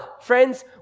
friends